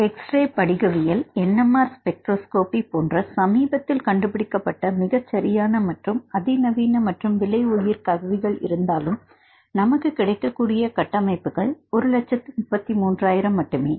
மாணவர் எக்ஸ்ரே படிகவியல் எக்ஸ்ரே படிகவியல் என்எம்ஆர் ஸ்பெக்ட்ரோஸ்கோபி போன்ற சமீபத்தில் கண்டுபிடிக்கப்பட்ட மிக சரியான மற்றும் அதிநவீன மற்றும் விலை உயர் கருவிகள் இருந்தாலும் நமக்கு கிடைக்கக்கூடிய கட்டமைப்புகள் 133000 மட்டுமே